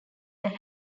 that